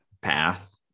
path